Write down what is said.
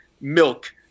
Milk